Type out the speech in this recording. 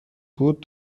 بود